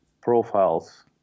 profiles